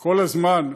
כל הזמן,